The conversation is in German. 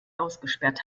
ausgesperrt